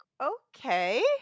okay